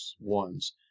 Ones